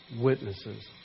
witnesses